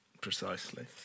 Precisely